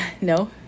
No